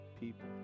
people